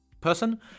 person